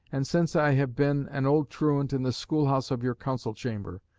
and since i have been an old truant in the school-house of your council-chamber,